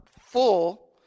full